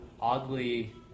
oddly